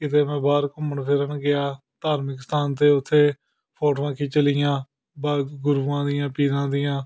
ਕਿਤੇ ਮੈਂ ਬਾਹਰ ਘੁੰਮਣ ਫਿਰਨ ਗਿਆ ਧਾਰਮਿਕ ਸਥਾਨ 'ਤੇ ਉੱਥੇ ਫੋਟੋਆਂ ਖਿੱਚ ਲਈਆਂ ਗੁਰੂਆਂ ਦੀਆਂ ਪੀਰਾਂ ਦੀਆਂ